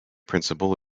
principal